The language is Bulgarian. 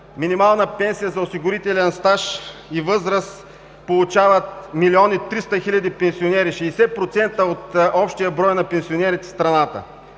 минимална пенсия за осигурителен стаж и възраст получават 1 млн. 300 хил. пенсионери – 60% от общия брой на пенсионерите в страната,